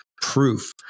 proof